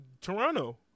Toronto